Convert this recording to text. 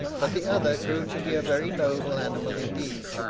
but the other grew to be a very noble animal indeed.